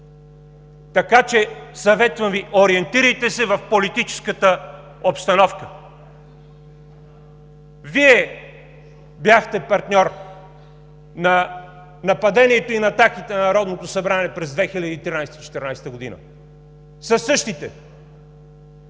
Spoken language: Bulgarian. Така че, съветвам Ви, ориентирайте се в политическата обстановка. Вие бяхте партньор на нападението и на атаките на Народното събрание през 2013 – 2014 г. със същите